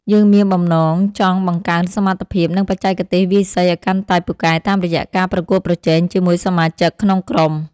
យើងមានបំណងចង់បង្កើនសមត្ថភាព និងបច្ចេកទេសវាយសីឱ្យកាន់តែពូកែតាមរយៈការប្រកួតប្រជែងជាមួយសមាជិកក្នុងក្រុម។